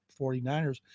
49ers